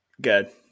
Good